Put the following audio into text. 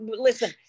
listen